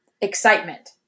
excitement